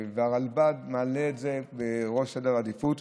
והרלב"ד מעלה את זה לראש סדר העדיפויות.